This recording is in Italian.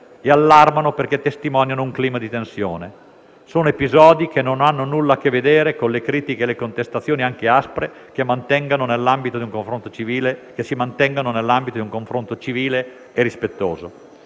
e allarmano perché testimoniano un clima di tensione. Sono episodi che non hanno nulla a che vedere con le critiche e le contestazioni, anche aspre, che si mantengano nell'ambito di un confronto civile e rispettoso.